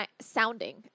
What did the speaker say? sounding